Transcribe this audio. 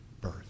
birth